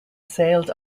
sailed